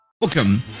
Welcome